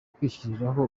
kwishyiriraho